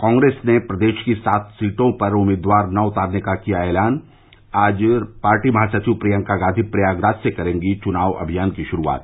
कांग्रेस ने प्रदेश की सात सीटों पर उम्मीदवार नहीं उतारने का किया ऐलान आज पार्टी महासचिव प्रियंका गांधी प्रयागराज से करेंगी चुनाव अभियान की शुरूआत